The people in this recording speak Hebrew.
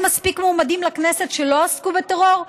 בכלל, אין מספיק מועמדים לכנסת שלא עסקו בטרור?